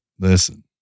listen